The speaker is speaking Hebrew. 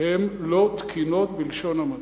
הן לא תקינות, בלשון המעטה.